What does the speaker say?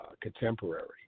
contemporary